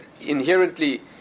inherently